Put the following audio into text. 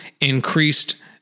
increased